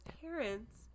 parents